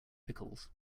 pickles